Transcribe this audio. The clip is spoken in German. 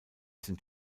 sind